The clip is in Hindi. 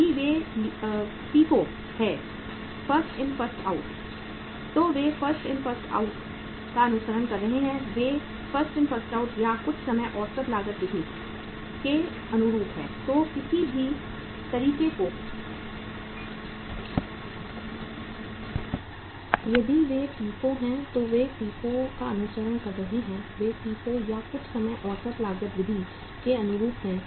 यदि वे एफआईएफओ हैं तो वे एफआईएफओ का अनुसरण कर रहे हैं वे एफआईएफओ या कुछ समय औसत लागत विधि के अनुरूप हैं